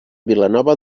vilanova